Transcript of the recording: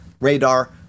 radar